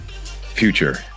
future